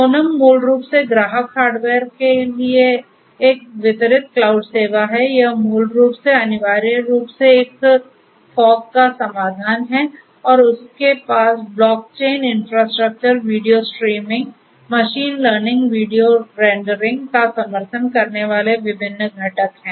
सोनम मूल रूप से ग्राहक हार्डवेयर के लिए एक वितरित क्लाउड सेवा है यह मूल रूप से अनिवार्य रूप से एक फॉग का समाधान है और उनके पास blockchain infrastructure video streaming machine learning video rendering का समर्थन करने वाले विभिन्न घटक हैं